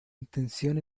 intención